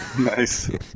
Nice